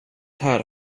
här